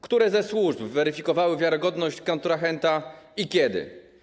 Które ze służb weryfikowały wiarygodność kontrahenta i kiedy?